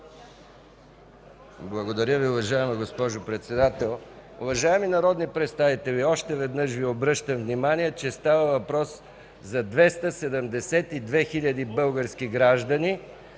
Благодаря Ви, уважаема госпожо Председател. Уважаеми народни представители, още веднъж Ви обръщам внимание, че става въпрос за 272 хиляди български граждани,